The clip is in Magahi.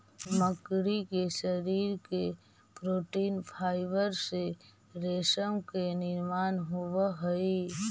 मकड़ी के शरीर के प्रोटीन फाइवर से रेशम के निर्माण होवऽ हई